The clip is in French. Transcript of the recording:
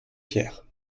pierre